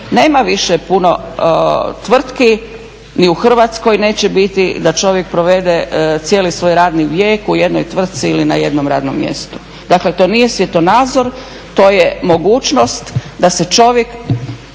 Nema više puno tvrtki, ni u Hrvatskoj neće bit da čovjek provede cijeli svoj radni vijek u jednoj tvrci ili na jednom radnom mjestu. Dakle, to nije svjetonazor, to je mogućnost da se čovjek